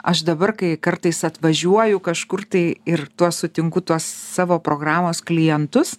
aš dabar kai kartais atvažiuoju kažkur tai ir tuo sutinku tuos savo programos klientus